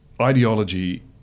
ideology